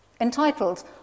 Entitled